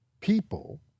people